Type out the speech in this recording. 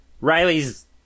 Riley's